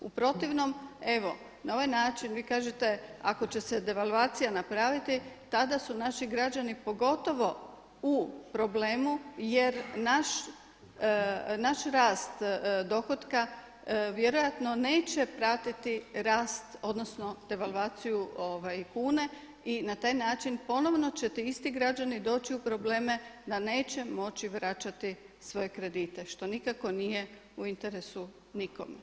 U protivnom, evo na ovaj način vi kažete ako će se devalvacija napraviti tada su naši građani pogotovo u problemu jer naš rast dohotka vjerojatno neće pratiti rast odnosno devalvaciju kune i na taj način ponovno će ti isti građani doći u probleme da neće moći vraćati svoje kredite, što nikako nije u interesu nikom.